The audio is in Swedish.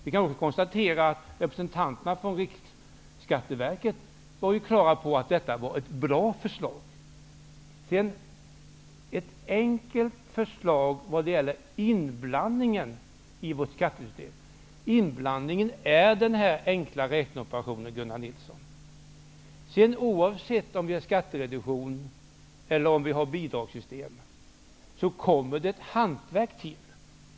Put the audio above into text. Vi kan också konstatera att representanterna från Riksskatteverket klart ansåg att detta var ett bra förslag. Det är ett enkelt förslag när det gäller inblandningen av vårt skattessystem. Inblandningen är denna enkla räkneoperation, Oavsett om vi har skattereduktion eller bidragssystem kommer ett hantverk till.